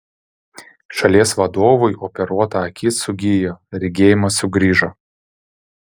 šalies vadovui operuota akis sugijo regėjimas sugrįžo